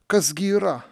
kas gi yra